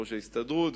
יושב-ראש ההסתדרות,